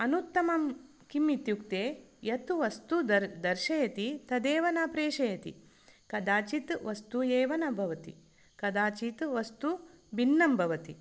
अनुत्तमं किम् इत्युक्ते यद् वस्तु द दर्शयति तदेव न प्रेषयति कदाचित् वस्तु एव न भवति कदाचित् वस्तु भिन्नं भवति